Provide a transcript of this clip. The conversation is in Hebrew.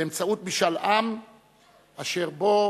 באמצעות משאל עם אשר בו